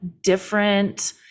different